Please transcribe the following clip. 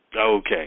Okay